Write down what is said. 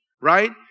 right